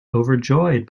overjoyed